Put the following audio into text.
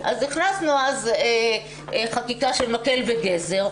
הכנסנו אז חקיקה של מקל וגזר,